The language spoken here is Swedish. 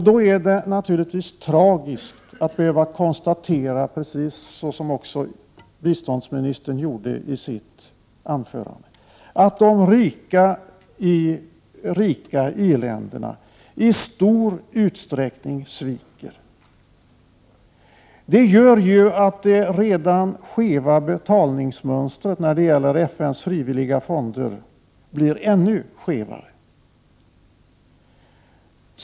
Då är det naturligtvis tragiskt att behöva konstatera —som också biståndsministern gjorde i sitt anförande — att de rika industriländerna i stor 57 utsträckning sviker. Det gör ju att det redan skeva betalningsmönstret när det gäller FN:s frivilliga fonder blir ännu skevare.